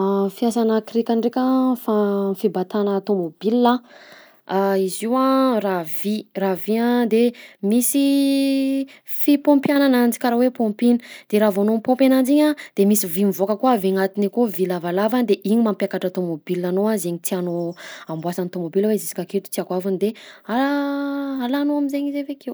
Fiasanà krika ndraika am'fa- fibatana tômôbila a: izy io a raha vy, raha vy a de misy fipaompiana ananjy karaha hoe paompina; de raha vao anao mipaompy ananjy igny a de misy vy mivoaka koa avy agnatiny akao vy lavalava de igny mampiakatra tômôbilanao zaigny tianao amboasan'ny tômôbila hoe jusk'aketo tiako haavony de alanao am'zaigny izy avy akeo.